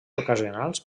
ocasionals